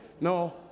No